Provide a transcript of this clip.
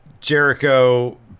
Jericho